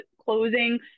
closing